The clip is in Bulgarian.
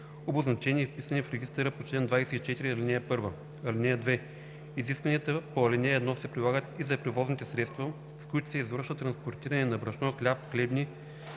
обозначени и вписани в регистъра по чл. 24, ал. 1. (2) Изискванията по ал. 1 се прилагат и за превозните средства, с които се извършва транспортиране на брашно, хляб, хлебни